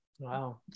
Wow